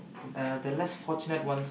uh the less fortunate ones